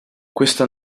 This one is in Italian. questa